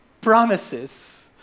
promises